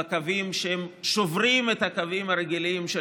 בקווים ששוברים את הקווים הרגילים של